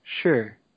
Sure